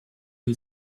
you